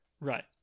Right